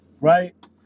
Right